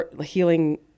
healing